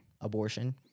Abortion